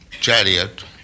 chariot